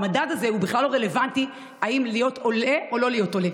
המדד הזה הוא בכלל לא רלוונטי אם להיות עולה או לא להיות עולה.